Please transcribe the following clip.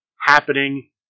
happening